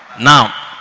Now